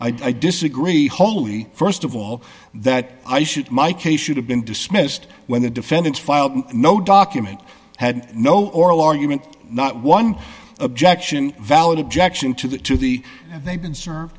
i disagree holy st of all that i should my case should have been dismissed when the defendants filed no document had no oral argument not one objection valid objection to that to the they've been s